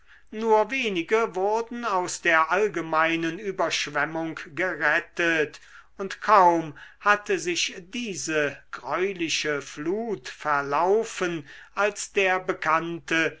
nur wenige wurden aus der allgemeinen überschwemmung gerettet und kaum hatte sich diese greuliche flut verlaufen als der bekannte